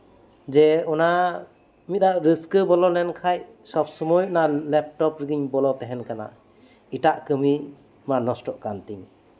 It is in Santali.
ᱡᱮ ᱚᱱᱟ ᱢᱤᱫ ᱫᱷᱟᱣ ᱨᱟᱹᱥᱠᱟᱹ ᱵᱚᱞᱚ ᱞᱮᱱᱠᱷᱟᱡ ᱥᱚᱵ ᱥᱚᱢᱚᱭ ᱚᱱᱟ ᱞᱮᱯᱴᱚᱯ ᱨᱮᱜᱮᱢ ᱵᱚᱞᱚ ᱛᱟᱦᱮᱱ ᱠᱟᱱᱟ ᱮᱴᱟᱜ ᱠᱟᱹᱢᱤ ᱢᱟ ᱱᱚᱥᱴᱚᱜ ᱠᱟᱱ ᱛᱤᱧ